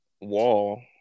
wall